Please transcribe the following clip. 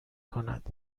کند